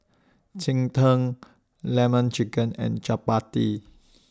Cheng Tng Lemon Chicken and Chappati